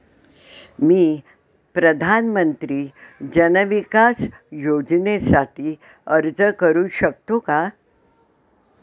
मी प्रधानमंत्री जन विकास योजनेसाठी अर्ज करू शकतो का?